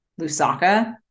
Lusaka